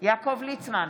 יעקב ליצמן,